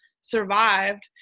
survived